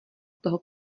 toho